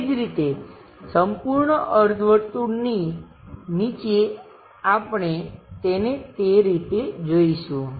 એ જ રીતે સંપૂર્ણ અર્ધવર્તુળની નીચે આપણે તેને તે રીતે જોઈશું